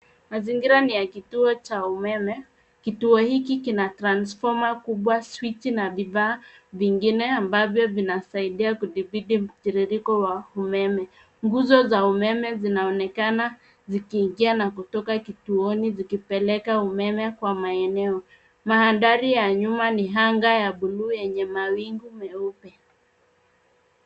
Mazingira ni ya kituo cha umeme. Kituo hiki kina transfoma kubwa, swichi na vifaa vingine ambavyo vinasaidia kudhibiti mtiririko wa umeme. Nguzo za umeme zinaonekana zikiingia na kutoka kituoni zikipeleka umeme kwa maeneo. Mandhari ya nyuma ni anga ya buluu yenye mawingu meupe.